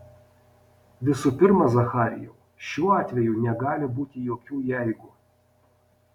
visų pirma zacharijau šiuo atveju negali būti jokių jeigu